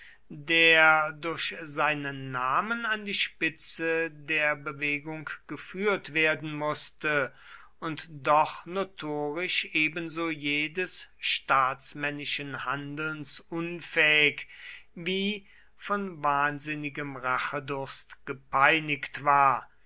der durch seinen namen an die spitze der bewegung geführt werden mußte und doch notorisch ebenso jedes staatsmännischen handelns unfähig wie von wahnsinnigem rachedurst gepeinigt war